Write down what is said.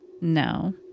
No